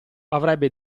avrebbe